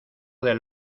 del